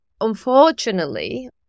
Unfortunately